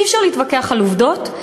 אי-אפשר להתווכח על עובדות,